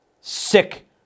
Sick